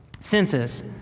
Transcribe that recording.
senses